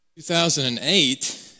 2008